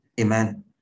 Amen